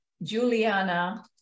Juliana